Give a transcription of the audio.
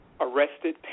arrested